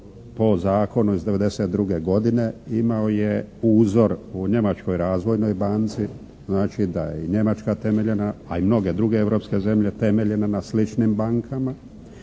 po zakonu iz '92. godine. Imao je uzor u Njemačkoj razvojnoj banci. Znači da je i Njemačka temeljena a i mnoge druge europske zemlje temeljene na sličnim bankama.